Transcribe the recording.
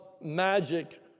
magic